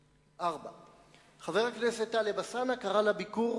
4. חבר הכנסת טלב אלסאנע קרא לביקור